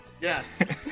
Yes